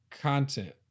content